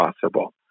possible